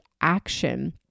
action